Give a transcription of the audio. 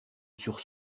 sur